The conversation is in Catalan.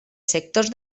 sectors